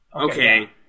Okay